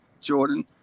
Jordan